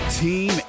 team